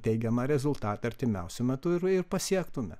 teigiamą rezultatą artimiausiu metu ir ir pasiektume